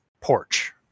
porch